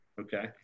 Okay